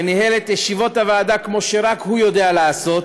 שניהל את ישיבות הוועדה כמו שרק הוא יודע לעשות.